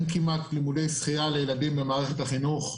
אין כמעט לימודי שחייה לילדים במערכת החינוך,